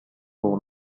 for